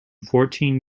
fourteen